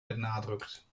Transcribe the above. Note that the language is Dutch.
benadrukt